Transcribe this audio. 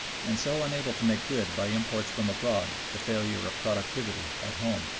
and so unable to make good by imports from abroad the failure of productivity at home.